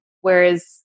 Whereas